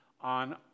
on